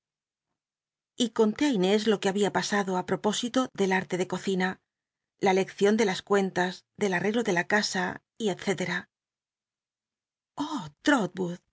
y conté á inés lo que habia pasado ti propósil o del arlo de cocina la leccion de las cuentas del arreglo de la casa y etcétera